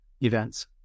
events